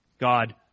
God